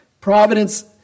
providence